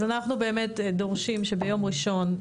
אז אנחנו באמת דורשים שביום ראשון,